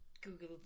Google